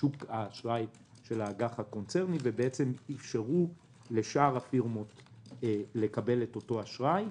לשוק האשראי של האג"ח הקונצרני ואפשרו לשאר הפירמות לקבל את אותו אשראי.